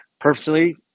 personally